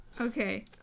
Okay